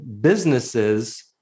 businesses